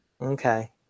Okay